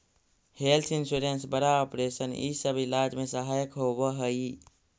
health insurance बड़ा operation इ सब इलाज में सहायक होवऽ हई